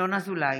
וינון אזולאי.